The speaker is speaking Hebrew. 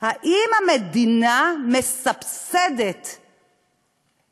האם המדינה מסבסדת את